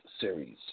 series